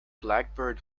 blackbird